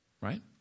Right